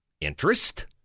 interest